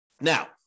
Now